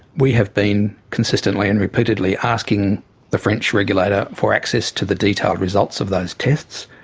we have been consistently and repeatedly asking the french regulator for access to the detailed results of those tests.